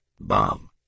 bomb